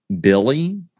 Billy